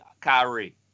Kyrie